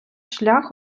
шлях